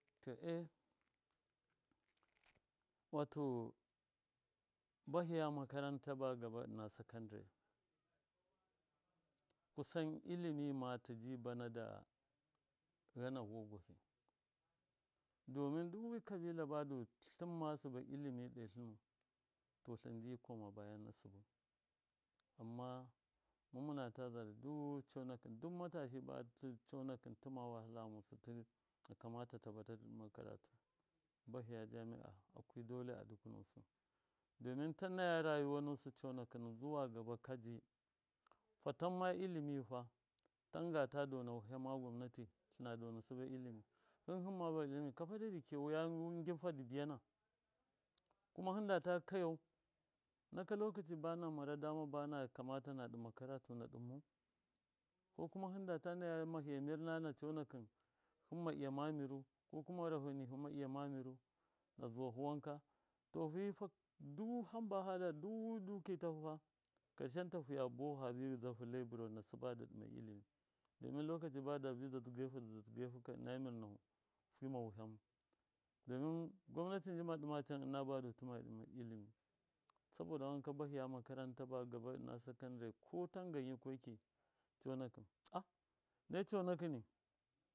To e wato bahɨya maharanta ba gaba ɨna sekandari kusan ilimi ma tiji bana da ghana vuwagwahɨ domin du wi kabila koma baya na sɨbɨ amma mɨm mɨta zara du wi conakɨn duk matashi conakɨn ba tɨma wahala ghamusu akamata ta bata dibi ɗɨma karatu bahɨya jamia akwi dole a duku nusɨ domin ta naya rayuwa nusɨ conakɨnu zuwa gaba ka ji fatamma ilimiyu fa tangata dona wihama gwamnati to tlɨna dona sɨba ilimi hɨm, hɨma ilimiyu kafa dai dɨ kiya wi agin fa dɨ biyana kuma hɨn data kayau naka lokaci bana mara dama badɨ kamata na ɗɨma karatu amma na ɗɨnmau ko kuma hindata naya mahiya mir nana conakɨn hɨmma iya ma miru ko kuma gharaho nihu maiya ma miru azuwahu wanka to fifa du hamba fada du dukɨ tahu fa karshanta fiyabi ghɨdzahu lebɨra na sɨba dɨ ɗɨma ilimi domin lokaci ba dabi dzadzɨ gaihu dɨ dzadzigai huka ɨna mir nahu fima wihamu domin gwamnati njima ɗɨma can ɨnab adu tɨma ilimiyu saboda wanka bahiya makaranta ba gaba ɨna sekandari ko tangan yikweki conakɨn ah nai conakɨni.